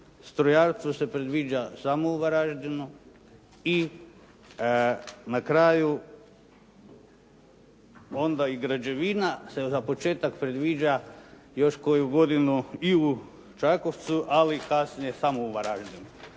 strojarstvo se predviđa samo u Varaždinu i na kraju, onda i građevina se za početak predviđa još koju godinu i u Čakovcu, ali kasnije samo u Varaždinu.